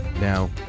Now